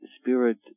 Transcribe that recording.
spirit